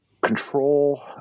control